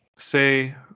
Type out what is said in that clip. say